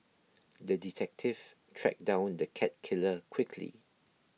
the detective tracked down the cat killer quickly